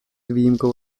výjimkou